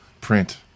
print